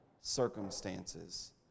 circumstances